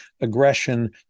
aggression